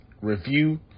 review